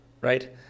right